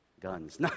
guns